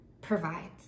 provides